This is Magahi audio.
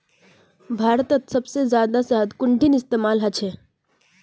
भारतत सबसे जादा शहद कुंठिन इस्तेमाल ह छे